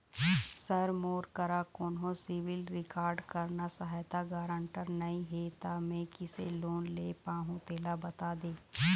sir मोर करा कोन्हो सिविल रिकॉर्ड करना सहायता गारंटर नई हे ता मे किसे लोन ले पाहुं तेला बता दे